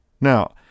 Now